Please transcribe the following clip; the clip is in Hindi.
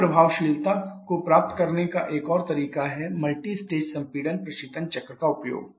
उसी प्रभावशीलता को प्राप्त करने का एक और तरीका है मल्टीस्टेज संपीड़न प्रशीतन चक्र का उपयोग